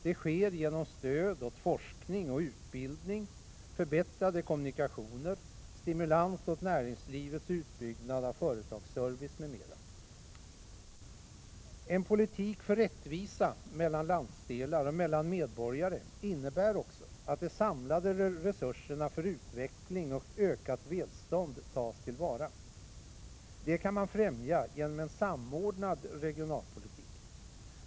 Det sker genom stöd åt forskning och utbildning, förbättrade kommunikationer, stimulans åt näringslivets utbyggnad av företagsservice m.m. En politik för rättvisa mellan landsdelar och mellan medborgare innebär också att de samlade resurserna för utveckling och ökat välstånd tas till vara. Det kan man främja genom en samordnad regionalpolitik.